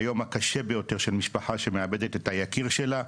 ביום הקשה ביותר של משפחה שמאבדת את היקיר שלה,